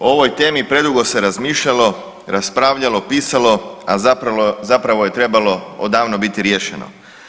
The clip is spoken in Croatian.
O ovoj temi predugo se razmišljalo, raspravljalo, pisalo, a zapravo je trebalo odavno biti riješeno.